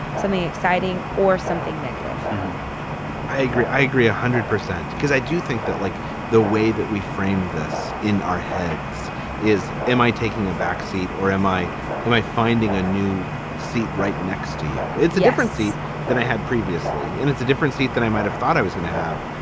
something exciting or something negative i agree. i agree one hundred percent because i do think that, like the way that we frame this in our heads is am i taking a backseat or am i am i finding a new seat right next to you? it's the differences than i had previously. and it's a different seat than i might have. i was going to have,